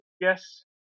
yes